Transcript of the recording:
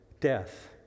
death